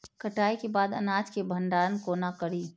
कटाई के बाद अनाज के भंडारण कोना करी?